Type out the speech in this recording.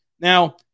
Now